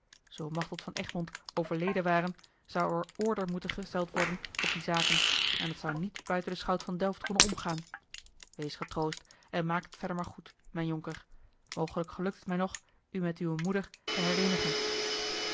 zoo machteld van egmond overleden ware zou er order moeten gesteld worden op die zaken en dat zou niet buiten den schout van delft konnen omgaan wees getroost en maak het verder maar goed mijn jonker mogelijk gelukt het mij nog u met uwe moeder te